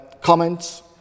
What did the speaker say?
comments